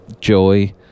joy